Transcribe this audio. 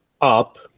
up